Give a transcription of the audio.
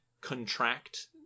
contract